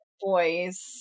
boys